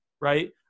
right